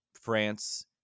france